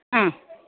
ആ